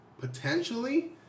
potentially